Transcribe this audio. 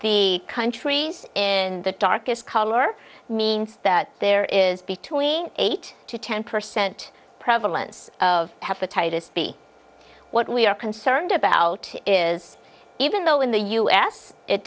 the countries in the darkest color means that there is between eight to ten percent prevalence of hepatitis b what we are concerned about is even though in the u s it